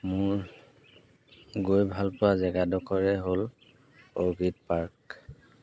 মোৰ গৈ ভালপোৱা জেগাডোখৰে হ'ল অৰ্কিড পাৰ্ক